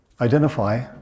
identify